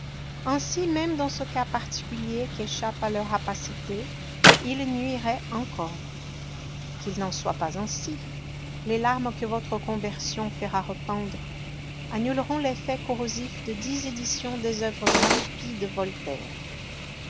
ainsi même dans ce cas particulier qui échappe à leur rapacité ils nuiraient encore qu'il n'en soit pas ainsi les larmes que votre conversion fera répandre annuleront l'effet corrosif de dix éditions des ouvres impies de voltaire